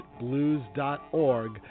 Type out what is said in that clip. blues.org